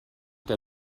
der